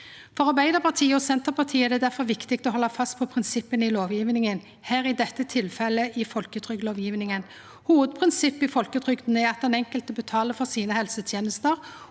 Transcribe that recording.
For Arbeidarpartiet og Senterpartiet er det difor viktig å halda fast på prinsippa i lovgjevinga – i dette tilfellet i folketrygdlovgjevinga. Hovudprinsippet i folketrygda er at den enkelte betalar for sine helsetenester,